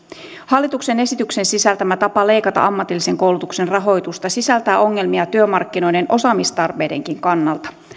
hallituksen esityksen sisältämä tapa leikata ammatillisen koulutuksen rahoitusta sisältää ongelmia työmarkkinoiden osaamistarpeidenkin kannalta